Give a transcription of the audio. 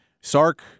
Sark